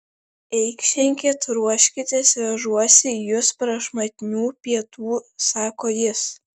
eikšenkit ruoškitės vežuosi jus prašmatnių pietų sako jis